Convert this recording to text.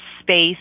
space